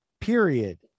period